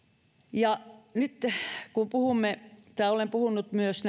nyt kun olen puhunut myös